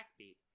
backbeat